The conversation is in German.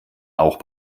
auch